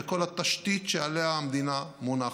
וכל התשתית שעליה המדינה מונחת.